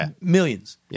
Millions